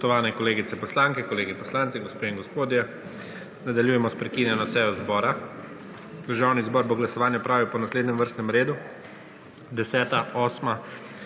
Nadaljujemo s prekinjeno sejo zbora. Državni zbor bo glasovanje opravil po naslednjem vrstnem redu: 10.,